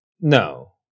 No